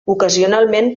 ocasionalment